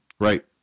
right